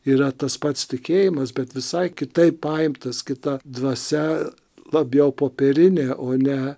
yra tas pats tikėjimas bet visai kitaip paimtas kita dvasia labiau popierinė o ne